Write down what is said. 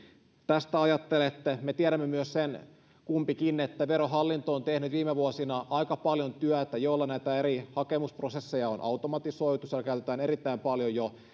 tästä ajattelette me tiedämme kumpikin myös sen että verohallinto on tehnyt viime vuosina aika paljon työtä jolla näitä eri hakemusprosesseja on automatisoitu siellä käytetään jo erittäin paljon